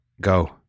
Go